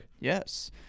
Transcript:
Yes